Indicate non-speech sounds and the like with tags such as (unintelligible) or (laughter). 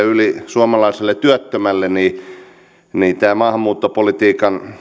(unintelligible) yli kolmellesadalletuhannelle suomalaiselle työttömälle tämä maahanmuuttopolitiikan